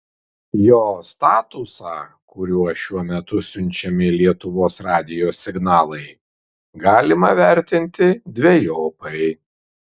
jo statusą kuriuo šiuo metu siunčiami lietuvos radijo signalai galima vertinti dvejopai